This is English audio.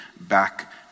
back